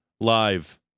live